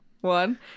one